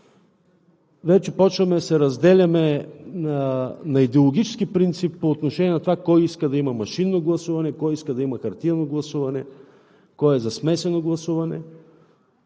Вече започваме да се разделяме на идеологически принцип по отношение на това кой иска да има машинно гласуване, кой иска да има хартиено гласуване, кой е за смесено гласуване.